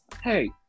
hey